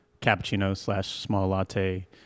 cappuccino-slash-small-latte